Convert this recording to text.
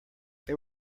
they